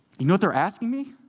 you know what they were asking me?